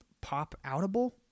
pop-outable